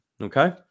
Okay